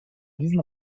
diesen